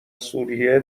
سوریه